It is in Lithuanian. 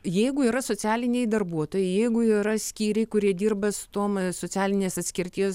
jeigu yra socialiniai darbuotojai jeigu yra skyriai kurie dirba su tom socialinės atskirties